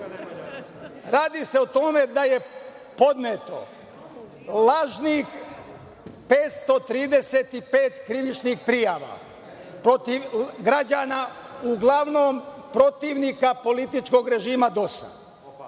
Radi se o tome da je podneto lažnih 535 krivičnih prijava protiv građana, uglavnom protivnika političkog režima DOS-a,